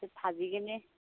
ভাজি কিনে